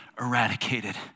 eradicated